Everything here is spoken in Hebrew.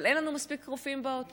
אבל אין לנו מספיק רופאים בעוטף.